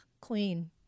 Queen